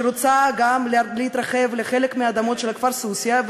והיא רוצה להתרחב לחלק מהאדמות של הכפר סוסיא,